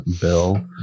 Bill